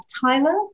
Tyler